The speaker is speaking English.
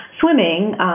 swimming